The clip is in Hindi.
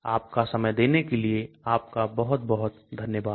आपका समय देने के लिए आपका बहुत बहुत धन्यवाद